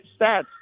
stats